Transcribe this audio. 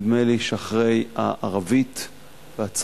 נדמה לי שהיא אחרי הערבית והצרפתית.